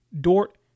dort